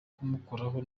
kumukoraho